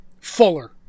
Fuller